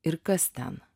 ir kas ten